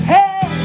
Hey